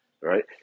Right